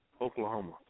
Oklahoma